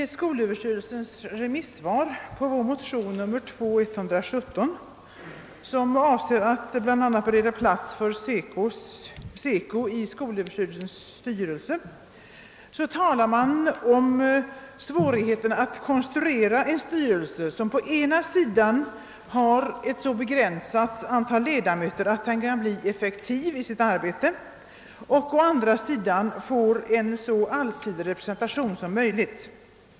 I skolöverstyrelsens remissvar över vår motion II: 117, i vilken bl.a. yrkas att SECO skall beredas plats i skolöverstyrelsens styrelse, talas det om svårigheten att konstruera en styrelse som å ena sidan har ett så begränsat antal ledamöter att den kan bli effektiv i sitt arbete och å andra sidan får en så allsidig representation som möjligt.